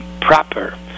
proper